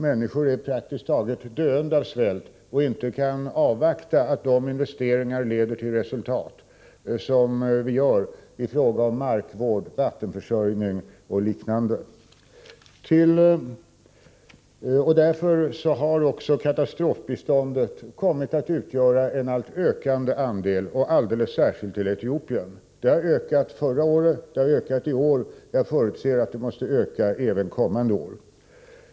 Människor praktiskt taget dör av svält och de kan inte avvakta att de insatser som vi gör i fråga om markvård, vattenförsörjning och liknande leder till resultat. Därför har katastrofbiståndet kommit att utgöra en ökande andel av biståndet, alldeles särskilt när det gäller Etiopien. Katastrofbiståndet har ökat förra året och i år, och jag förutser att det måste öka även kommande år.